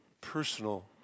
personal